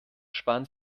sparen